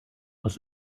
aus